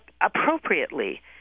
appropriately